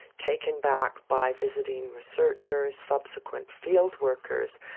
taken back by visiting researchers, subsequent field workers.